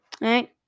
right